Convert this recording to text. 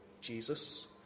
Jesus